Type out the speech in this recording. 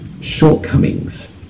shortcomings